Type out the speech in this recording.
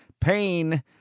pain